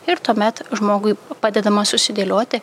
ir tuomet žmogui padedama susidėlioti